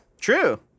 True